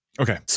Okay